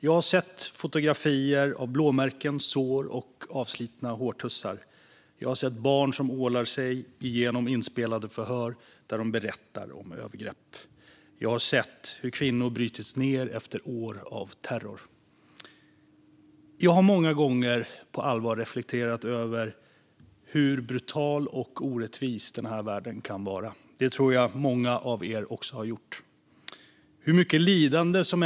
Jag har sett fotografier av blåmärken, sår och avslitna hårtussar. Jag har sett barn som ålar sig igenom inspelade förhör, där de berättar om övergrepp. Jag har sett hur kvinnor brutits ned efter år av terror. Jag har många gånger på allvar reflekterat över hur brutal och orättvis den här världen kan vara och hur det ryms så mycket lidande även i ett land med fred och välstånd.